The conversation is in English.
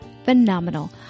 Phenomenal